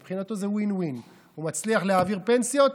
מבחינתו זה win win: הוא מצליח להעביר פנסיות,